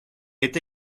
est